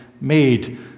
made